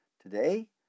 Today